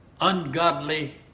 ungodly